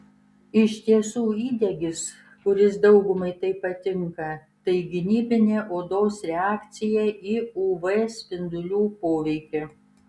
iš tiesų įdegis kuris daugumai taip patinka tai gynybinė odos reakcija į uv spindulių poveikį